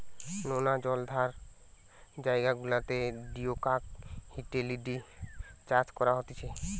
নোনা জলাধার জায়গা গুলাতে জিওডাক হিটেলিডি চাষ করা হতিছে